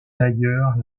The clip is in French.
d’ailleurs